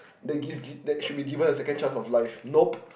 that give give that should be given a second chance of life nope